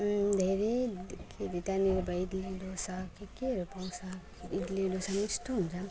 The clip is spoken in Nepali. धेरै के हरे त्यहाँनेर भयो इडली डोसा के केहरू पाउँछ इडली डोसा पनि मिठो हुन्छ